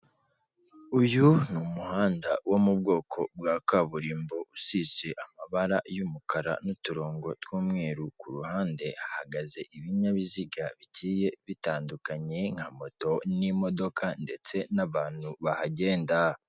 Uyu ni umuhanda wo mu bwoko bwa kaburimbo usize amabara y'umukara n'uturongo tw'umweru, ku ruhande hahagaze ibinyabiziga bigiye bitandukanye nka moto n'imodoka ndetse n'abantu bahagenda.